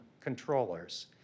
controllers